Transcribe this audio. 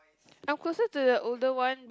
I'm closer to the older one